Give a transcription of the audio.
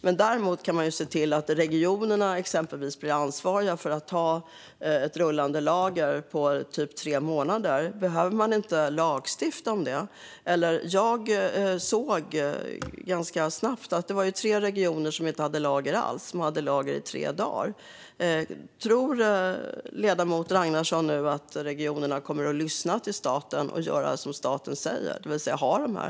Men vi kan se till att regionerna blir ansvariga för att ha ett lager för tre månader. Behöver man inte lagstifta om det? Det var till exempel tre regioner som hade lager för tre dagar. Tror ledamoten Ragnarsson att regionerna kommer att lyssna på staten och göra som staten säger, det vill säga hålla lager?